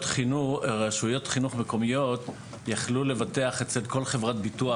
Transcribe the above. החינוך המקומיות יכלו לבטח אצל כל חברת ביטוח